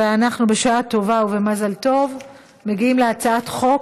ואנחנו בשעה טובה ובמזל טוב מגיעים להצעת חוק,